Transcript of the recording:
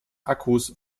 akkus